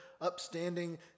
upstanding